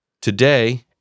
Today